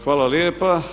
Hvala lijepo.